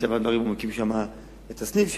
מטבע הדברים הוא מקים שם את הסניף שלו.